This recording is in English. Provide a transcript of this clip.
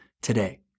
today